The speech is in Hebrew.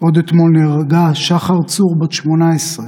עוד אתמול נהרגה שחר צור, בת 18,